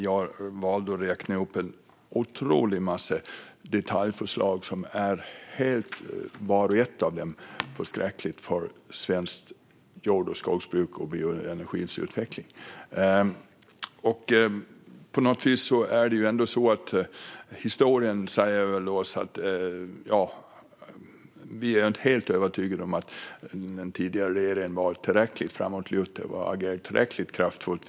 Jag valde att räkna upp en otrolig massa detaljförslag som vart och ett av dem är helt förskräckligt för svenskt jord och skogsbruk och bioenergins utveckling. På något sätt gör historien att vi inte är helt övertygade om att den tidigare regeringen var tillräckligt framåtlutad och agerade tillräckligt kraftfullt.